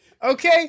Okay